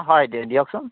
হয় দিয়কচোন